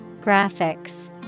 Graphics